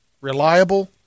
Reliable